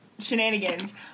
shenanigans